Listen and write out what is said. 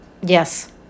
Yes